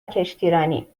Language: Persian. کشتیرانی